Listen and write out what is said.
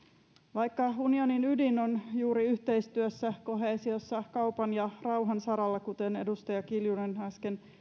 vaikka unionin ydin on juuri yhteistyössä ja koheesiossa kaupan ja rauhan saralla kuten edustaja kiljunen äsken